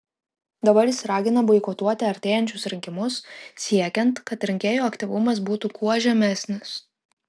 dabar jis ragina boikotuoti artėjančius rinkimus siekiant kad rinkėjų aktyvumas būtų kuo žemesnis